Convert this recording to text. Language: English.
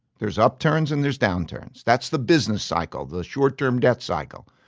there's upturns and there's downturns that's the business cycle, the short-term debt cycle.